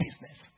business